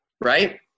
right